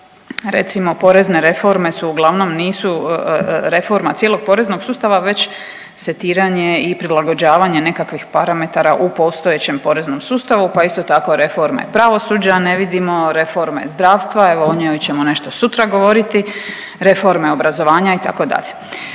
recimo porezne reforme su uglavnom nisu reforma cijelog poreznog sustava već setiranje i prilagođavanje nekakvih parametara u postojećem poreznom sustavu, pa isto tako reforme pravosuđa ne vidimo, reforme zdravstva, evo o njoj ćemo nešto sutra govoriti, reforme obrazovanja itd.